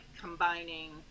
combining